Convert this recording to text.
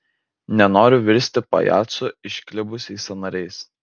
nenoriu virsti pajacu išklibusiais sąnariais